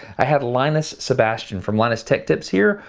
i had linus sebastian from linus tech tips here.